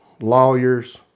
lawyers